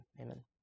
Amen